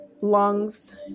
lungs